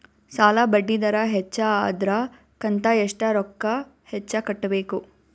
ಸಾಲಾ ಬಡ್ಡಿ ದರ ಹೆಚ್ಚ ಆದ್ರ ಕಂತ ಎಷ್ಟ ರೊಕ್ಕ ಹೆಚ್ಚ ಕಟ್ಟಬೇಕು?